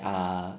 are